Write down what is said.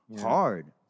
hard